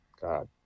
God –